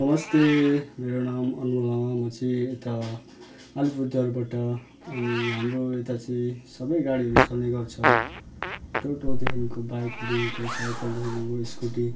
नमस्ते मेरो नाम अनमोल लामा म चाहिँ यता आलिपुरद्वारबाट अनि हाम्रो यता सबै सबै गाडीहरू चल्ने गर्छ टोटोदेखिन्को बाइकदेखिन्को साइकलदेखिन्को स्कुटी